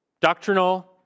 doctrinal